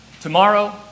Tomorrow